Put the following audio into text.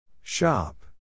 Shop